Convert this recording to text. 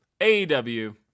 AEW